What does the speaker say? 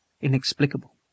inexplicable